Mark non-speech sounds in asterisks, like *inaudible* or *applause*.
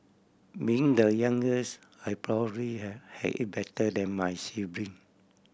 being the youngest I *unintelligible* hey had it better than my sibling